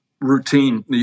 routine